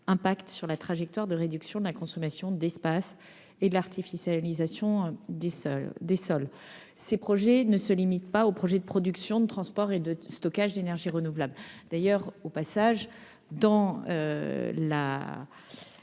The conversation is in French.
impact sur la trajectoire de réduction de la consommation d'espace et de l'artificialisation des sols. Ces projets ne se limitent pas aux installations de production, de transport et de stockage d'énergies renouvelables. L'objet de cet amendement fait